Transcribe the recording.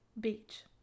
Beach